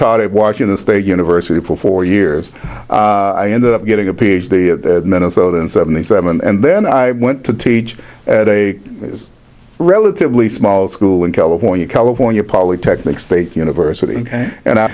taught it washington state university for four years i ended up getting a ph d minnesotan seventy seven and then i went to teach at a relatively small school in california california polytechnic state university and i